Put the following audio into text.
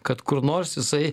kad kur nors jisai